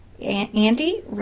Andy